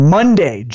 Monday